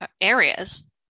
areas